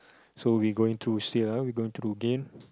so we going through here ah we going through game